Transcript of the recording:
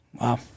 Wow